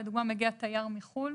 לדוגמה מגיע תייר מחוץ לארץ,